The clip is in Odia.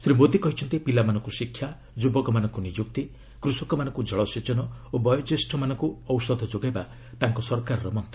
ଶ୍ରୀ ମୋଦି କହିଛନ୍ତି ପିଲାମାନଙ୍କୁ ଶିକ୍ଷା ଯୁବକମାନଙ୍କୁ ନିଯୁକ୍ତି କୃଷକମାନଙ୍କୁ ଜଳସେଚନ ଓ ବୟୋଜ୍ୟେଷ୍ଠମାନଙ୍କୁ ଔଷଧ ଯୋଗାଇବା ତାଙ୍କ ସରକାରର ମନ୍ତ